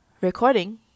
recording